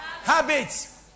habits